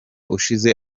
ushize